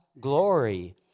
glory